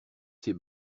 ses